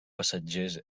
passatgers